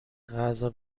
غذا